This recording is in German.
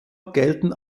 gelten